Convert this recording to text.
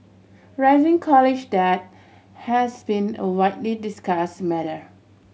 rising college debt has been a widely discuss matter